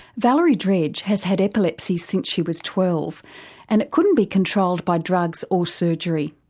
valerie dredge has had epilepsy since she was twelve and it couldn't be controlled by drugs or surgery.